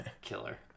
killer